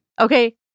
Okay